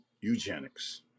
eugenics